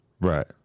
Right